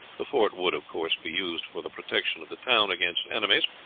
the fort would, of course, be used for the protection of the town against enemies,